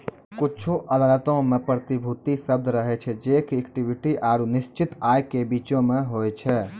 कुछु अदालतो मे प्रतिभूति शब्द रहै छै जे कि इक्विटी आरु निश्चित आय के बीचो मे होय छै